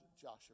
Joshua